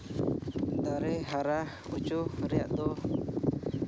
ᱫᱟᱨᱮ ᱦᱟᱨᱟ ᱦᱚᱪᱚ ᱨᱮᱭᱟᱜ ᱫᱚ